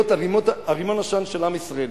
להיות רימון העשן של עם ישראל.